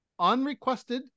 unrequested